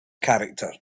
character